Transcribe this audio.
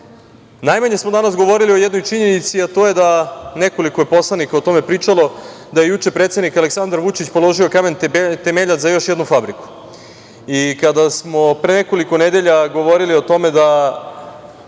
Najmanje smo danas govorili o jednoj činjenici, a to je, nekoliko je poslanika o tome pričalo, da je juče predsednik Aleksandar Vučić položio kamen temeljac za još jednu fabriku. Kada smo pre nekoliko nedelja govorili o tome da